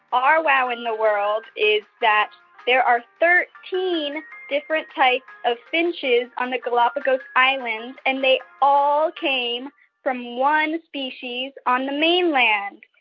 our wow when the world is that there are thirteen different types of finches on the galapagos islands. and they all came from one species on the mainland.